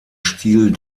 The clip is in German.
stil